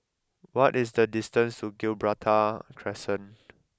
what is the distance to Gibraltar Crescent